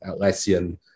Atlassian